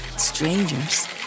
Strangers